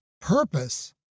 purpose